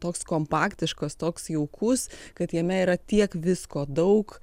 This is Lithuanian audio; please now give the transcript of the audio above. toks kompaktiškas toks jaukus kad jame yra tiek visko daug